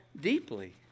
deeply